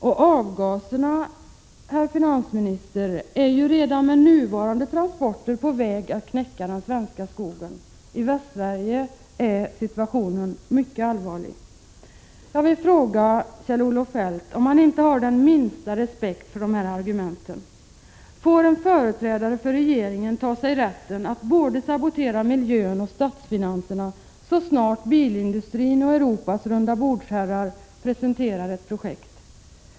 Och avgaserna, herr finansminister, är redan med nuvarande transporter på väg att knäcka den svenska skogen. I Västsverige är situationen mycket allvarlig. Jag vill fråga Kjell-Olof Feldt om han inte har den minsta respekt för de här argumenten. Får en företrädare för regeringen ta sig rätten att både sabotera miljön och statsfinanserna så snart bilindustrin och Europas runda-bordsherrar presenterar ett projekt?